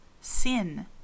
Sin